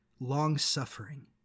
long-suffering